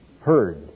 heard